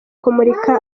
kumurika